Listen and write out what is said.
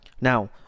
now